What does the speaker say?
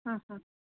ಹಾಂ ಹಾಂ